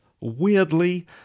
weirdly